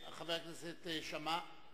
חבר הכנסת שאמה,